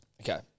Okay